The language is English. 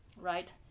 right